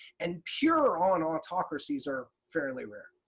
and pure on autocracies are fairly rare.